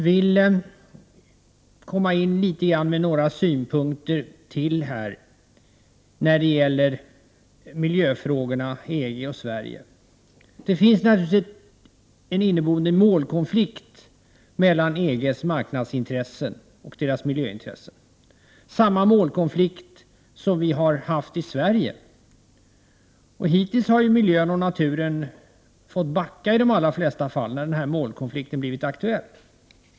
Herr talman! Jag vill anföra några ytterligare synpunkter på förhållandet mellan EG och Sverige på miljöområdet. Det finns naturligtvis en inneboende målkonflikt mellan EG:s marknadsintressen och miljöintressen. Det är fråga om samma målkonflikt som vi har i Sverige. Hittills har miljön och naturen i de allra flesta fall fått stå tillbaka i denna målkonflikt.